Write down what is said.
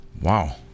Wow